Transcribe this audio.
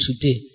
today